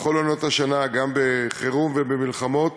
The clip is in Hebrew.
בכל עונות השנה, גם בחירום ובמלחמות.